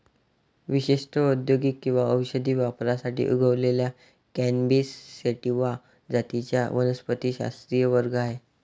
विशेषत औद्योगिक किंवा औषधी वापरासाठी उगवलेल्या कॅनॅबिस सॅटिवा जातींचा वनस्पतिशास्त्रीय वर्ग आहे